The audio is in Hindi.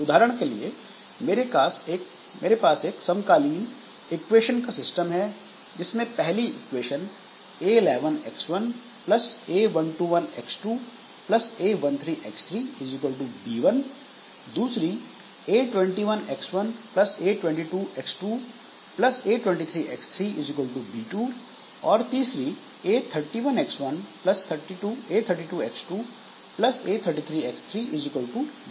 उदाहरण के लिए मेरे पास एक समकालीन इक्वेशन का सिस्टम है जिसमें पहली equation a11x1 a121x2 a13x3 b1 दूसरी a21x1 a22x2 a23x3 b2 और तीसरी a31x1 a32x2 a33x3 b3 है